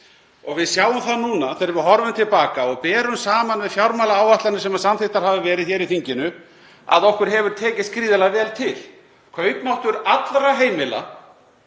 Við sjáum það núna þegar við horfum til baka og berum saman við fjármálaáætlanir sem samþykktar hafa verið hér í þinginu, að okkur hefur tekist gríðarlega vel til. Kaupmáttur allra heimila,